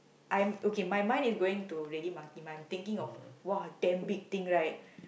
I'm okay my mind is going to really monkey mind thinking of !wah! damn big thing right